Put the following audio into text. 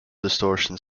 distortion